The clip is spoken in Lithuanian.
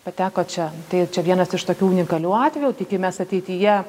pateko čia tai čia vienas iš tokių unikalių atvejų tikimės ateityje